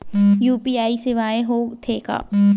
UPI सेवाएं हो थे का?